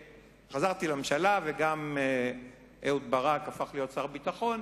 כשחזרתי לממשלה וגם אהוד ברק הפך להיות שר ביטחון,